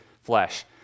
flesh